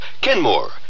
Kenmore